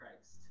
Christ